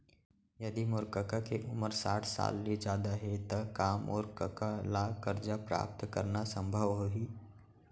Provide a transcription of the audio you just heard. यदि मोर कका के उमर साठ साल ले जादा हे त का मोर कका ला कर्जा प्राप्त करना संभव होही